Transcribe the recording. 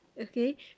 Okay